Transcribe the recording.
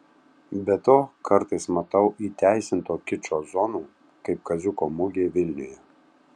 be to kartais matau įteisinto kičo zonų kaip kaziuko mugė vilniuje